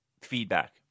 feedback